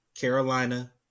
Carolina